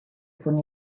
con